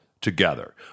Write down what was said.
together